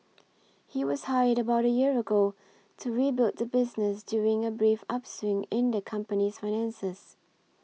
he was hired about a year ago to rebuild the business during a brief upswing in the company's finances